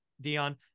Dion